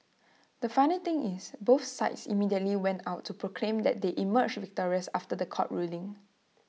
the funny thing is both sides immediately went out to proclaim that they emerged victorious after The Court ruling